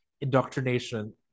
indoctrination